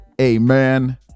amen